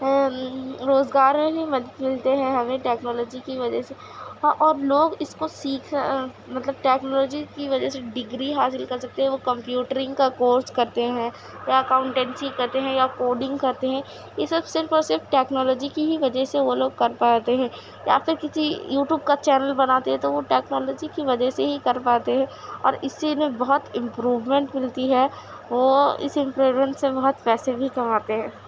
روزگار میں بھی مدد ملتے ہیں ہمیں ٹیکنالوجی کی وجہ سے اور لوگ اس کو سیکھ مطلب ٹیکنالوجی کی وجہ سے ڈگری حاصل کر سکتے ہیں وہ کمپیوٹرنگ کا کورس کرتے ہیں یا اکاؤنٹنسی کرتے ہیں یا کوڈنگ کرتے ہیں یہ سب صرف اور صرف ٹیکنالوجی کی ہی وجہ سے وہ لوگ کر پاتے ہیں یا پھر کسی یوٹیوب کا چینل بناتے ہیں تو وہ ٹیکنالوجی کی وجہ سے ہی کر پاتے ہیں اور اسی میں بہت امپورومنٹ ملتی ہے وہ اس امپورومنٹ سے بہت پیسے بھی کماتے ہیں